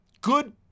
good